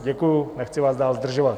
Děkuju, nechci vás dál zdržovat.